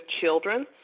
children